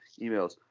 emails